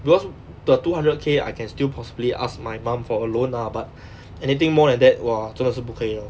because the two hundred K I can still possibly ask my mum for a loan lah but anything more than that !wah! 真的是不可以 lah